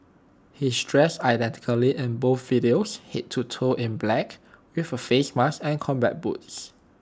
he's dressed identically in both videos Head to toe in black with A face mask and combat boots